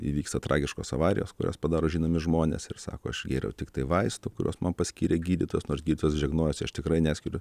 įvyksta tragiškos avarijos kurias padaro žinomi žmonės ir sako aš gėriau tiktai vaistų kuriuos man paskyrė gydytojas nors gydytojas žegnojasi aš tikrai neskiriu